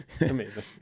Amazing